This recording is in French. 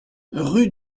rue